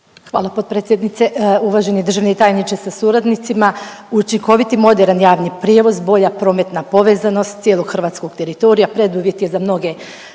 Hvala potpredsjednice. Uvaženi državni tajniče sa suradnicima, učinkoviti moderan javni prijevoz, bolja prometna povezanost cijelog hrvatskog teritorija preduvjet je za mnoge